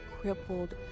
crippled